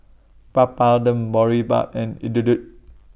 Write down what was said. Papadum Boribap and Idili